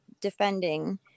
defending